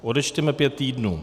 Odečteme pět týdnů.